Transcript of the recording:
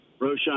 Roshan